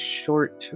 short